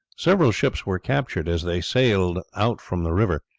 several ships were captured as they sailed out from the river.